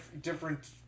different